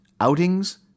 outings